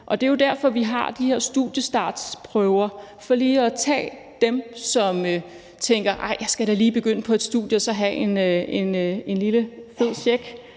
Og det er jo derfor, vi har de her studiestartsprøver, altså for lige at tage dem, som tænker, at de lige skal begynde på et studie og så have en lille, god check